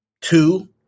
two